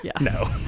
No